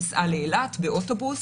היא נסעה לאילת באוטובוס.